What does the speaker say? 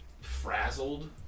frazzled